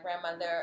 grandmother